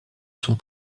son